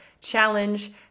challenge